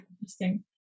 Interesting